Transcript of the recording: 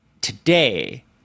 today